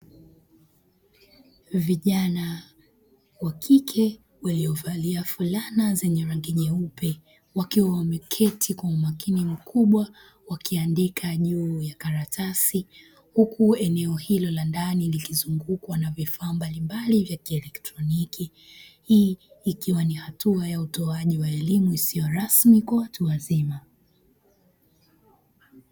Vijana wa kike waliovalia fulana zenye rangi nyeupe wakiwa wameketi kwa umakini mkubwa wakiandika juu ya karatasi huku eneo hilo la ndani likizungukwa na vifaa mbalimbali vya kielektroniki. Hii ikiwa ni hatua ya utoaji wa elimu isiyo rasmi kwa watu wazima.